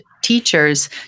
teachers